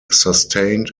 sustained